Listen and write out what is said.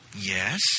Yes